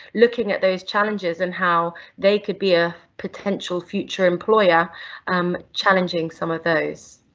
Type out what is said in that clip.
looking at those challenges and how they could be a potential future employer um challenging some of those.